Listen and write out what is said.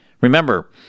remember